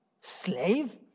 Slave